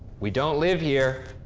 we don't live here.